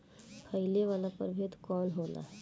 फैले वाला प्रभेद कौन होला?